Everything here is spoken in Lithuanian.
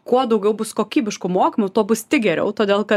kuo daugiau bus kokybiškų mokymų tuo bus tik geriau todėl kad